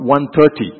130